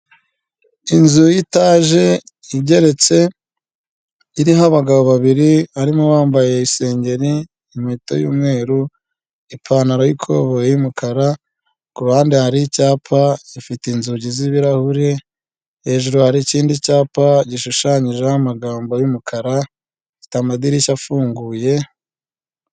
Inzu y'itaje igeretse, iriho abagabo babiri harimo uwambaye isengeri, impeta y'umweru, ipantaro y'ikobo y'umukara, ku ruhande hari icyapa ifite inzugi z'ibirahuri, hejuru hari ikindi cyapa gishushanyijeho amagambo y'umukara ifite amadirishya afunguye.